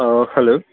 hello